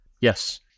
Yes